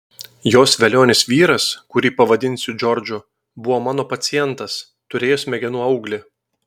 jos velionis vyras kurį pavadinsiu džordžu buvo mano pacientas turėjo smegenų auglį